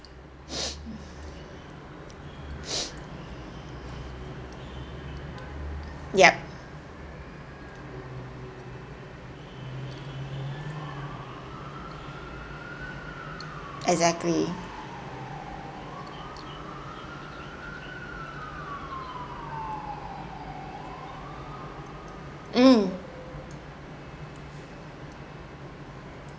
yup exactly mm